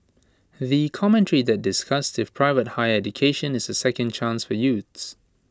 the commentary that discussed if private higher education is A second chance for youths